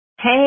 Hey